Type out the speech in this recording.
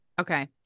Okay